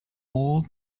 all